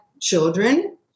children